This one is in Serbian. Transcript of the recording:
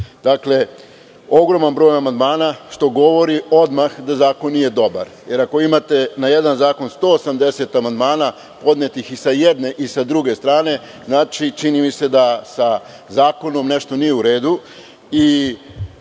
klupa. Dakle, ogroman broj amandmana što govori odmah da zakon nije dobar, jer ako imate na jedan zakon 180 amandmana podnetih i sa jedne i sa druge strane, znači, čini mi se, da sa zakonom nešto nije u redu, i